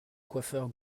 coiffeurs